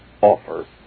Offer